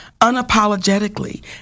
unapologetically